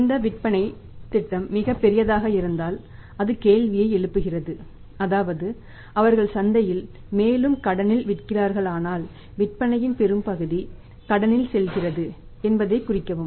இந்த விற்பனை திட்டம் மிகப் பெரியதாக இருந்தால் அது கேள்வியை எழுப்புகிறது அதாவது அவர்கள் சந்தையில் மேலும் கடனில் விற்கிறார்களானால் விற்பனையின் பெரும்பகுதி கடனில் செல்கிறது என்பதைக் குறிக்கவும்